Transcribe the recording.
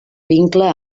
vincle